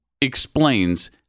explains